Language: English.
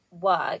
work